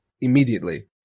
immediately